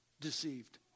deceived